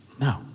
No